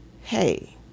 hey